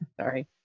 Sorry